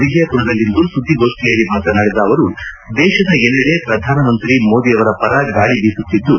ವಿಜಯಮರದಲ್ಲಿಂದು ಸುದ್ದಿಗೋಷ್ಠಿಯಲ್ಲಿ ಮಾತನಾಡಿದ ಅವರು ದೇಶದ ಎಲ್ಲಡೆ ಪ್ರಧಾನಮಂತ್ರಿ ಮೋದಿಯವರ ಪರ ಗಾಳಿ ಬೀಸುತ್ತಿದ್ದು